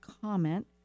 comment